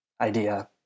idea